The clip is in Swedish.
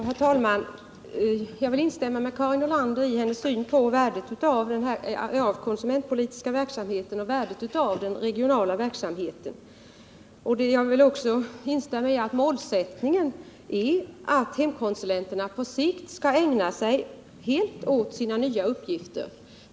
Herr talman! Jag vill instämma med Karin Nordlander i hennes syn på värdet av den konsumentpolitiska verksamheten och värdet av den regionala verksamheten. Jag vill också instämma i att målsättningen är att hemkonsulenterna på sikt skall kunna ägna sig helt åt sina nya uppgifter.